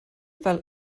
fel